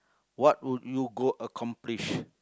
what would you go accomplish